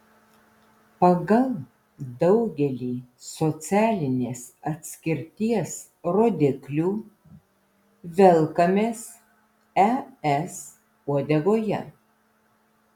pagal daugelį socialinės atskirties rodiklių velkamės es uodegoje